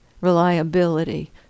reliability